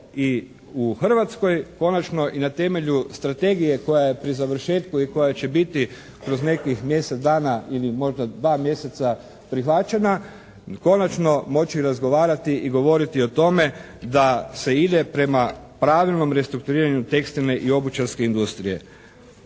i u Hrvatskoj konačno i na temelju strategije koja je pri završetku i koja će biti kroz nekih mjesec dana ili možda 2 mjeseca prihvaćena, konačno moći razgovarati i govoriti o tome da se ide prema pravilnom restrukturiranju tekstilne i obućarske industrije.